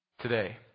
today